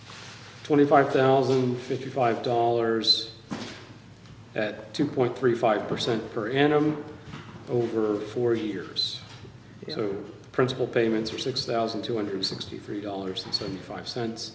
twenty five thousand to fifty five dollars at two point three five percent per annum over four years so principal payments are six thousand two hundred sixty three dollars and seventy five cents